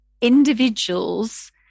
individuals